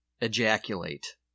ejaculate